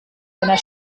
einer